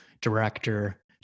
director